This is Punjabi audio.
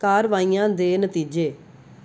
ਕਾਰਵਾਈਆਂ ਦੇ ਨਤੀਜੇ